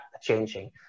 changing